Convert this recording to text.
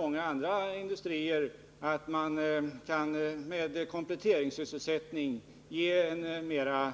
Många andra industrier har visat att man med kompletterande sysselsättning kan åstadkomma en mera